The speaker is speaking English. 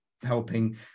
helping